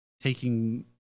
taking